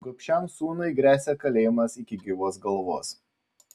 gobšiam sūnui gresia kalėjimas iki gyvos galvos